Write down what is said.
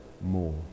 more